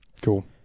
Cool